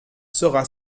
sera